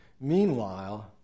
Meanwhile